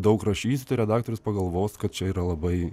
daug rašysiu tai redaktorius pagalvos kad čia yra labai